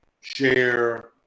share